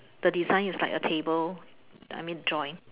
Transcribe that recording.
the design is like a table let me draw it